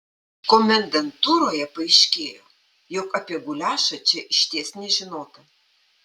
komendantūroje paaiškėjo jog apie guliašą čia išties nežinota